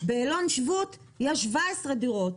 באלון שבות יש 17 דירות,